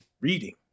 reading